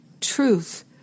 truth